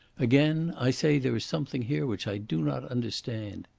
again i say there is something here which i do not understand.